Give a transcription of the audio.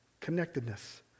Connectedness